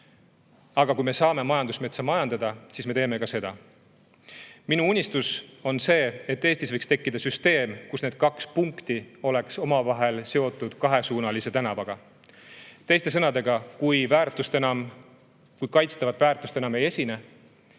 aga kui me saame majandusmetsa majandada, siis me teeme ka seda. Minu unistus on see, et Eestis võiks tekkida süsteem, kus need kaks punkti oleks omavahel seotud kahesuunalise tänavaga. Teiste sõnadega, kui kaitstavat väärtust enam ei esine,